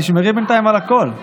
תשמרי בינתיים על הקול.